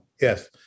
yes